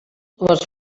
les